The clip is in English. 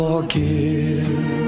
Forgive